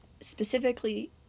specifically